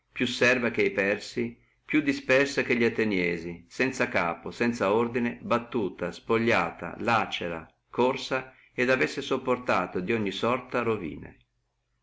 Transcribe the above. più serva che persi più dispersa che li ateniensi sanza capo sanza ordine battuta spogliata lacera corsa et avessi sopportato dogni sorte ruina